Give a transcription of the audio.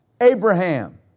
Abraham